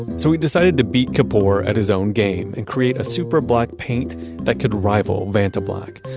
so he decided to beat kapoor at his own game and create a super-black paint that could rival vantablack.